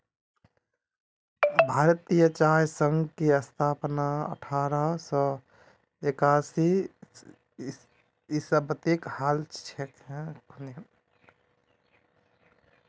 भारतीय चाय संघ की स्थापना अठारह सौ एकासी ईसवीत हल छिले